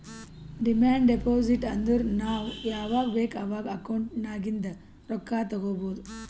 demand deposit ಅಂದುರ್ ನಾವ್ ಯಾವಾಗ್ ಬೇಕ್ ಅವಾಗ್ ಅಕೌಂಟ್ ನಾಗಿಂದ್ ರೊಕ್ಕಾ ತಗೊಬೋದ್